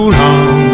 long